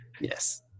Yes